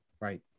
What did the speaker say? Right